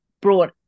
brought